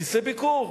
כרטיסי ביקור.